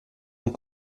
donc